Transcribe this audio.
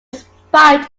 spite